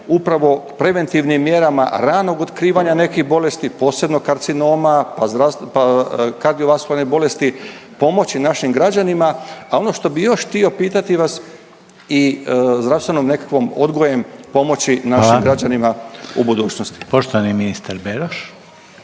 upravo preventivnim mjerama ranog otkrivanja nekih bolesti posebno karcinoma pa zdrav…, pa kardiovaskularnih bolesti pomoći našim građanima, a ono što bi još htio pitati vas i zdravstvenim nekakvom odgojem pomoći našim građanima u budućnosti. **Reiner,